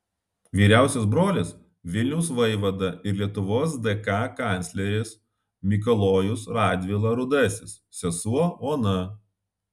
vyriausias brolis vilniaus vaivada ir lietuvos dk kancleris mikalojus radvila rudasis sesuo ona